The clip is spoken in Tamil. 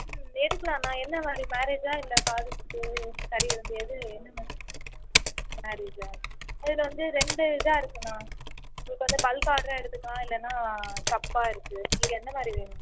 ம் எடுக்குலாண்ணா என்ன மாதிரி மேரேஜா இல்லை காதுகுத்து கறி விருந்து எது என்ன மாதிரி மேரேஜா அதில் வந்து ரெண்டு இதாக இருக்குண்ணா இப்போ வந்து பல்க் ஆட்ராக எடுத்துக்கலாம் இல்லைனா கப்பாக இருக்கு உங்களுக்கு என்ன மாதிரி வேணும்